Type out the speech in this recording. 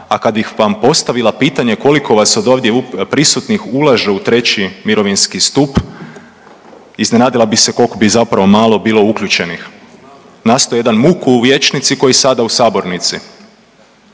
a kad bih vam postavila pitanje koliko vas od ovdje prisutnih ulaže u treći mirovinski stup iznenadila bi se koliko bi zapravo malo bilo uključenih. Nastao je jedan muk u vijećnici ko i sada u sabornici.